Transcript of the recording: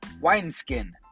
wineskin